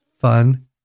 fun